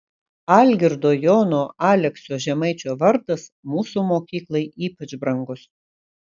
algirdo jono aleksio žemaičio vardas mūsų mokyklai ypač brangus